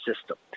system